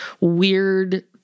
weird